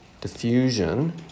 diffusion